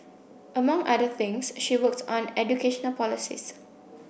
among other things she worked on educational policies